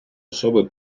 особи